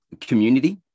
community